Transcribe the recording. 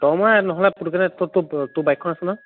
তই ময়ে নহ'লে পুটুককেনে তোৰ বাইকখন আছে নহয়